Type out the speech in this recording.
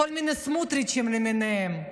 כל מיני סמוטריצ'ים למיניהם.